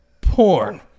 porn